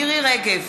מירי רגב,